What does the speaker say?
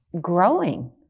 growing